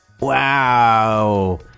Wow